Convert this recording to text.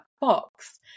box